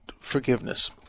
forgiveness